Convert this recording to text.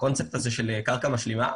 של קרקע משלימה,